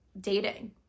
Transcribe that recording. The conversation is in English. dating